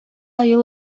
айыл